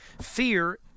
Fear